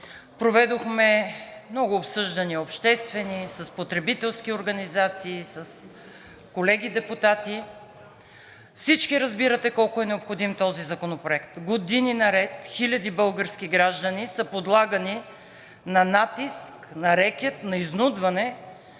Проведохме много обсъждания – обществени, с потребителски организации, с колеги депутати. Всички разбирате колко е необходим – години наред хиляди български граждани са подлагани на натиск, на рекет, на изнудване,